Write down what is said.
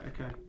okay